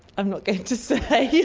i'm not going to say.